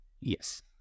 Yes